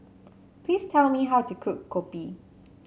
please tell me how to cook Kopi